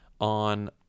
on